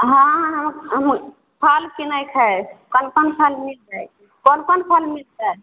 हँ हम हम फल किनैके हइ कोन कोन फल मिलतै कोन कोन फल मिलतै